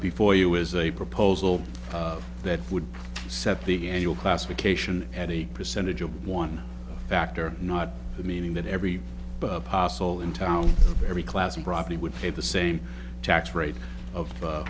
before you is a proposal that would set the annual classification at a percentage of one factor not meaning that every possible in town every class of property would pay the same tax rate of